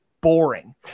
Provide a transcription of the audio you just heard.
boring